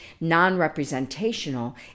non-representational